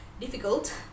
difficult